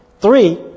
three